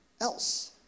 else